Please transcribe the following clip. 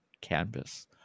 canvas